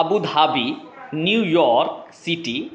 Abu Dhabi New York city